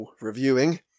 reviewing